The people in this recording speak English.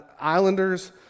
islanders